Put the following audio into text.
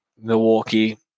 Milwaukee